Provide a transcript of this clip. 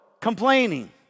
complaining